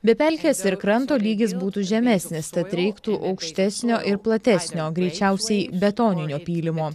be pelkės ir kranto lygis būtų žemesnis tad reiktų aukštesnio ir platesnio greičiausiai betoninio pylimo